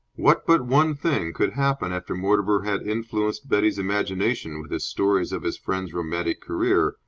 what but one thing could happen after mortimer had influenced betty's imagination with his stories of his friend's romantic career,